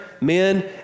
men